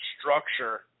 structure